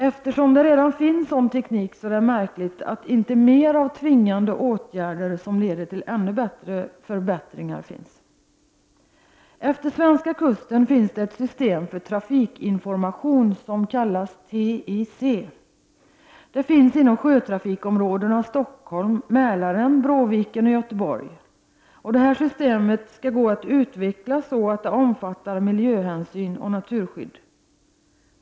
Eftersom det redan finns sådan teknik är det märkligt att inte mer av tvingande åtgärder, som leder till ännu fler förbättringar, vidtas. Längs den svenska kusten finns ett system för trafikinformation som kallas TIC. Det finns inom sjötrafikområdena Stockholm, Mälaren, Bråviken och Göteborg. Det här systemet skall gå att utveckla så att det också omfattar miljöhänsyn och naturskydd.